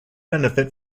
benefit